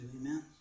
Amen